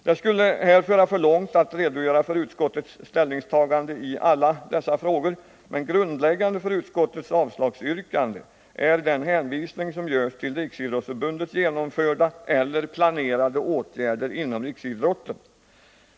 Det skulle här föra för långt att redogöra för utskottets ställningstaganden i alla dessa frågor, men grundläggande för utskottets avslagsyrkanden är den hänvisning som görs till Riksidrottsförbundets genomförda eller planerade åtgärder inom riksidrotten.